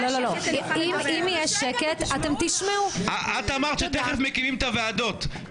אמרת שתכף מקימים את הוועדות,